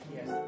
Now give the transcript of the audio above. Yes